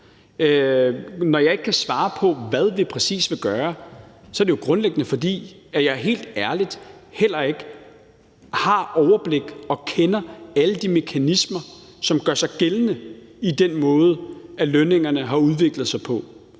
Når jeg ikke kan svare på, hvad vi præcis vil gøre, er det jo grundlæggende, fordi jeg helt ærligt heller ikke har overblik over eller kender alle de mekanismer, som gør sig gældende i den måde, lønningerne har udviklet sig på.